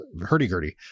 hurdy-gurdy